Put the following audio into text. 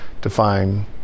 define